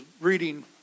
reading